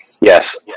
Yes